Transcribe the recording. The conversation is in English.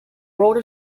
wrote